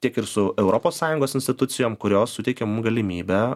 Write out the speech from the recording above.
tiek ir su europos sąjungos institucijom kurios suteikia galimybę